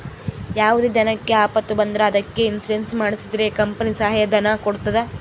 ಯಾವುದೇ ದನಕ್ಕೆ ಆಪತ್ತು ಬಂದ್ರ ಅದಕ್ಕೆ ಇನ್ಸೂರೆನ್ಸ್ ಮಾಡ್ಸಿದ್ರೆ ಕಂಪನಿ ಸಹಾಯ ಧನ ಕೊಡ್ತದ